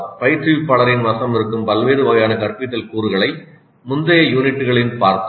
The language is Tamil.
பயிற்றுவிப்பாளரின் வசம் இருக்கும் பல்வேறு வகையான கற்பித்தல் கூறுகளை முந்தைய யூனிட்டுகளில் பார்த்தோம்